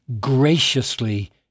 graciously